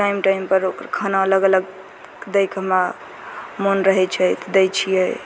time time पर ओकर खाना अलग अलग दैके हमरा मोन रहै छै तऽ दै छियै